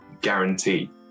guarantee